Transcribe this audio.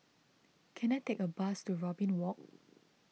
can I take a bus to Robin Walk